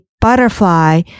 butterfly